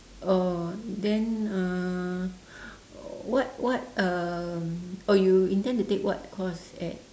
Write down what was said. oh then uh what what um oh you intend to take what course at